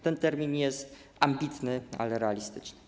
Ten termin jest ambitny, ale realistyczny.